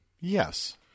Yes